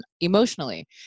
emotionally